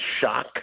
shock